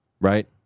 right